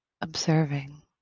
observing